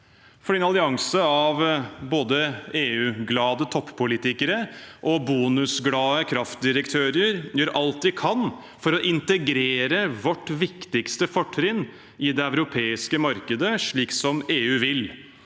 en allianse av både EU-glade toppolitikere og bonusglade kraftdirektører gjør alt de kan for å integrere vårt viktigste fortrinn i det europeiske markedet, slik EU vil.